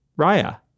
Raya